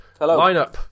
lineup